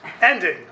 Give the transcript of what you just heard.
ending